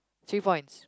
three points